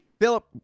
Philip